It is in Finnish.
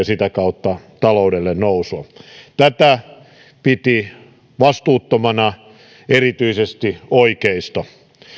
sitä kautta taloudelle nousua tätä piti vastuuttomana erityisesti oikeisto